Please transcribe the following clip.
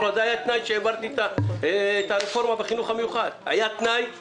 כשהעברתי את הרפורמה בחינוך המיוחד, התנאי היה